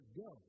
go